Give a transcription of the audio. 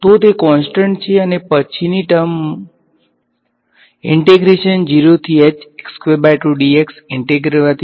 તો તે કોંસ્ટટંટ છે અને પછીની ટર્મ મને મને આપશે ઈંટેગ્રેટ કરવાથી